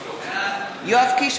בעד איוב קרא,